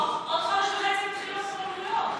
עוד חודש וחצי מתחילות הבגרויות.